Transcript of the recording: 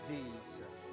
Jesus